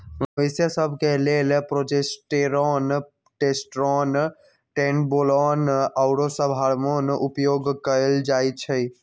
मवेशिय सभ के लेल प्रोजेस्टेरोन, टेस्टोस्टेरोन, ट्रेनबोलोन आउरो सभ हार्मोन उपयोग कयल जाइ छइ